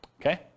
Okay